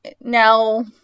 Now